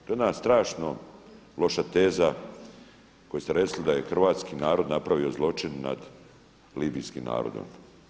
To je jedna strašno loša teza koju ste rekli da je hrvatski narod napravio zločin nad libijskim narodom.